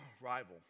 rival